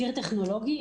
ציר טכנולוגי,